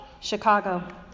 Chicago